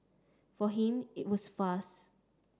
for him it was fast